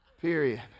Period